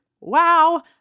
wow